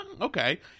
okay